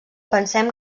pensem